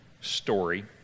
story